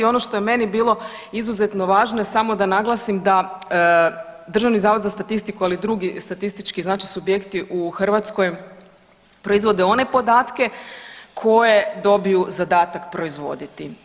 Ono što je meni bilo izuzetno važno je samo da naglasim da Državni zavod za statistiku, ali i drugi statistički znači subjekti u Hrvatskoj proizvode one podatke koje dobiju zadatak proizvoditi.